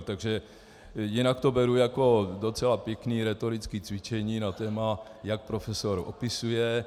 Takže jinak to beru jako docela pěkné rétorické cvičení na téma, jak profesor opisuje.